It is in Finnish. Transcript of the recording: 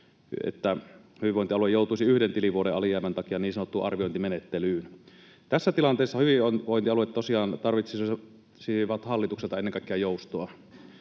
että hyvinvointialue joutuisi yhden tilivuoden alijäämän takia niin sanottuun arviointimenettelyyn. Tässä tilanteessa hyvinvointialueet tosiaan tarvitsisivat hallitukselta ennen kaikkea joustoa.